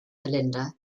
melinda